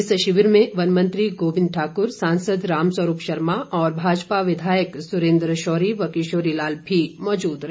इस शिविर में वनमंत्री गोविंद ठाकुर सांसद रामस्वरूप शर्मा और भाजपा विधायक सुरेन्द्र शौरी व किशोरी लाल भी मौजूद रहे